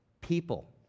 people